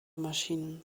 maschinen